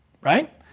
right